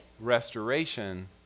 restoration